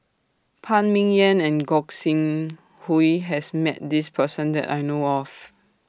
Phan Ming Yen and Gog Sing Hooi has Met This Person that I know of